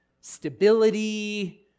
stability